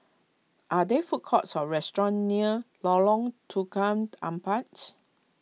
are there food courts or restaurants near Lorong Tukang Empat